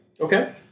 Okay